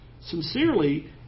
sincerely